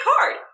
card